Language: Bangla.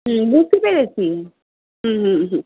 হুম বুছি পেরেছি হু হু হুম